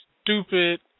stupid